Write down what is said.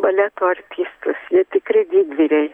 baleto artistus jie tikri didvyriai